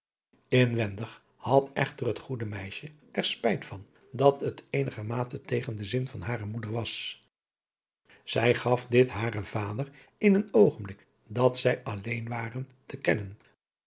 inwendig had echter het goede meisje er spijt van dat het eenigermate tegen den zin van hare moeder was zij gaf dit haren vader in een oogenblik dat zij alleen waren te kennen